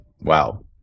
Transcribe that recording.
wow